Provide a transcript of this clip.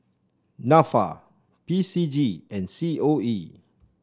NAFA P C G and C O E